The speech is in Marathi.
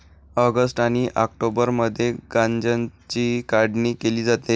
ऑगस्ट आणि ऑक्टोबरमध्ये गांज्याची काढणी केली जाते